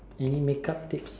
any make up tips